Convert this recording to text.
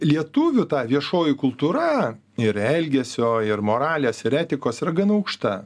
lietuvių ta viešoji kultūra ir elgesio ir moralės ir etikos yra gan aukšta